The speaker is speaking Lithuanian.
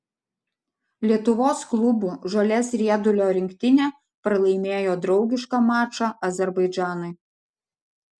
lietuvos klubų žolės riedulio rinktinė pralaimėjo draugišką mačą azerbaidžanui